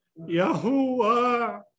Yahuwah